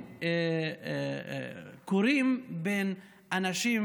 שקורים בין אנשים,